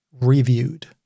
reviewed